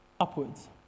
upwards